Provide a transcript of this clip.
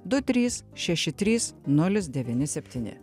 du trys šeši trys nulis devyni septyni